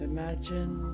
Imagine